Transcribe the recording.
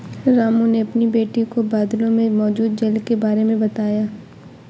रामू ने अपनी बेटी को बादलों में मौजूद जल के बारे में बताया